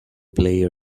player